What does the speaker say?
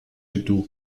دوغ